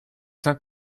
cinq